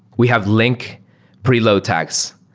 we have link preload texts.